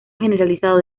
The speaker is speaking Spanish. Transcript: generalizado